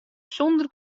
sûnder